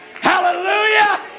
Hallelujah